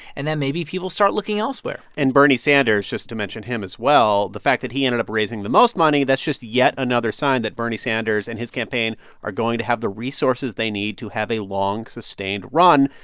and then maybe people start looking elsewhere and bernie sanders, just to mention him as well, the fact that he ended up raising the most money, that's just yet another sign that bernie sanders and his campaign are going to have the resources they need to have a long, sustained run.